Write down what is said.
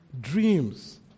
dreams